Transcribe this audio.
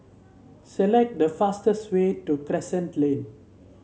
select the fastest way to Crescent Lane